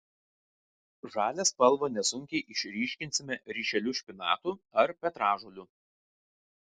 žalią spalvą nesunkiai išryškinsime ryšeliu špinatų ar petražolių